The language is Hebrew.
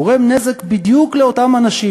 גורם נזק בדיוק לאותם אנשים,